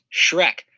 Shrek